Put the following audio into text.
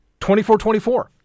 24-24